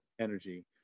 energy